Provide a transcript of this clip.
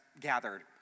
gathered